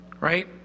Right